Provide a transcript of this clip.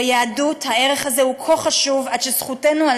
ביהדות הערך הזה הוא כה חשוב עד שזכותנו על